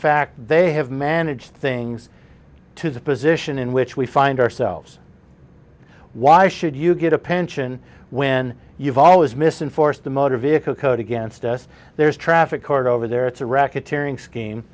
fact they have managed things to the position in which we find ourselves why should you get a pension when you've always missed in force the motor vehicle code against us there's traffic court over there it's a racketeering scheme